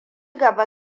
gaba